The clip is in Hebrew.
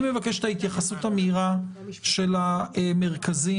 מבקש את ההתייחסות המהירה של המרכזים,